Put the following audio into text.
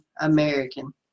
American